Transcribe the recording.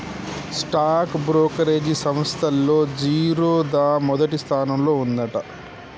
stock brokerage సంస్తల్లో జిరోదా మొదటి స్థానంలో ఉందంట